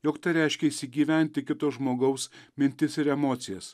jog tai reiškia įsigyventi kito žmogaus mintis ir emocijas